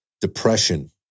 depression